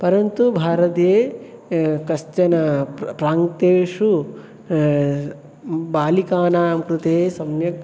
परन्तु भारते कश्चन प्रा प्राङ्क्तेषु बालिकानां कृते सम्यक्